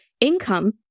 income